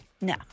No